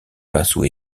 pinceau